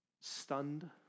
stunned